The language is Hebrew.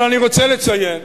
אבל אני רוצה לציין,